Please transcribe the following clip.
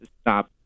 stop